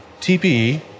TPE